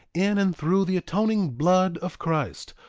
in and through the atoning blood of christ,